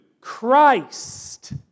Christ